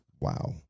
wow